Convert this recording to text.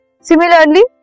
Similarly